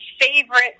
favorite